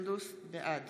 בעד